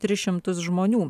tris šimtus žmonių